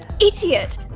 idiot